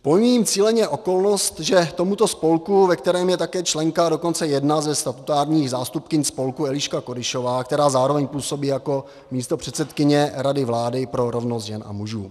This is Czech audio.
Pomíjím cíleně okolnost, že tomuto spolku, ve kterém je také členka a dokonce jedna ze statutárních zástupkyň spolku Eliška Kodyšová, která zároveň působí jako místopředsedkyně Rady vlády pro rovnost žen a mužů.